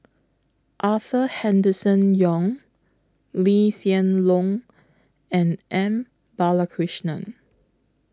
Arthur Henderson Young Lee Hsien Loong and M Balakrishnan